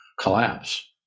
collapse